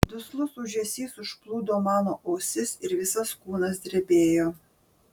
duslus ūžesys užplūdo mano ausis ir visas kūnas drebėjo